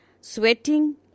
sweating